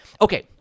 Okay